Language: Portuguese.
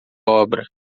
obra